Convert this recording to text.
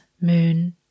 moon